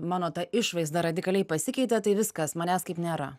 mano išvaizda radikaliai pasikeitė tai viskas manęs kaip nėra